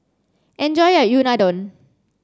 enjoy your Unadon